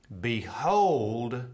behold